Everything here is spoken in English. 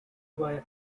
via